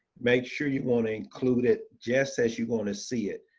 make sure you wanna include it just as you wanna see it.